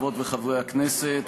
חברות וחברי הכנסת,